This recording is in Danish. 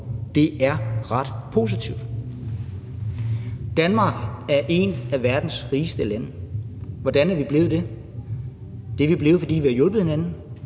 det er ret positivt. Danmark er et af verdens rigeste lande. Hvordan er vi blevet det? Det er vi blevet, fordi vi har hjulpet hinanden.